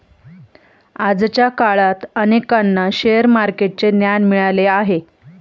आजच्या काळात अनेकांना शेअर मार्केटचे ज्ञान मिळाले आहे